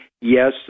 Yes